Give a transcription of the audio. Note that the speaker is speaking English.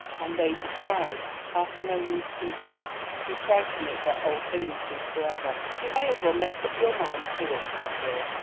and they despise parsimonious people who try to make their old things do forever. you may as well make up your mind to it, my dear,